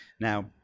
Now